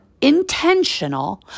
intentional